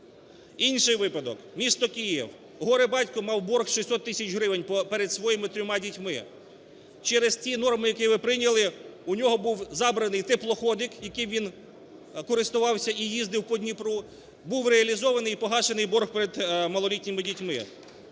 Інший випадок. Місто Київ. Горе-батько мав борг 600 тисяч гривень перед своїми трьома дітьми. Через ці норми, які ви прийняли, у нього був забраний теплоходик, яким він користувався і їздив по Дніпру, був реалізований і погашений борг перед малолітніми дітьми.